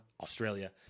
Australia